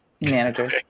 Manager